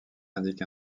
indique